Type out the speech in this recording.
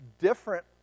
different